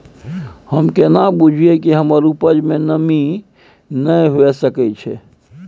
हम केना बुझीये कि हमर उपज में नमी नय हुए सके छै?